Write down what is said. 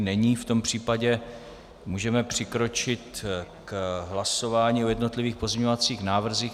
Není, v tom případě můžeme přikročit k hlasování o jednotlivých pozměňovacích návrzích.